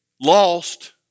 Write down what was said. Lost